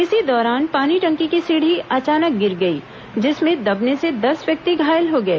इसी दौरान पानी टंकी की सीढ़ी अचानक गिर गई जिसमें दबने से दस व्यक्ति घायल हो गए